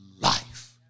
life